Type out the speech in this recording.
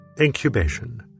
Incubation